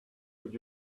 would